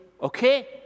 Okay